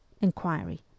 inquiry